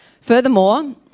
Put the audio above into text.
Furthermore